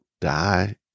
die